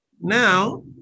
Now